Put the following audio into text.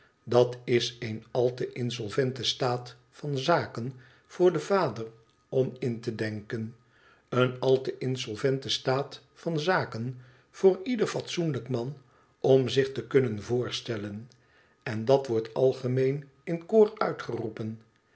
dat is een al te insolvente staat van zaken voor den vader om in te denken een al te insolvente staat van zaken voor ieder fatsoenlijk man om zich te kunnen voorstellen en dat wordt algemeen in koor uitgeroepen